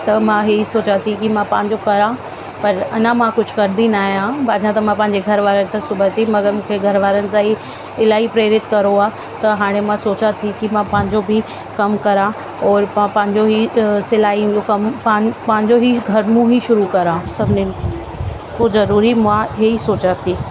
त मां हीउ सोचां थी की मां पंहिंजो करां पर अञा मां कुझु करिदी नाहियां अञा त मां पंहिंजे घरुवारनि तां सुबंदी मगर मूंखे घरुवारनि सां ई इलाही प्रेरित करो आहे त हाणे मां सोचां थी की मां पंहिंजो बि कमु करां और पा पंहिंजो ई सिलाई जो कमु पाण पंहिंजो ई घर मूं ई शुरू करां सभिनीनि खां ज़रूरी मां हे ई सोचां थी